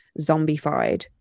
zombified